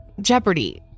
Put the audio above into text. Jeopardy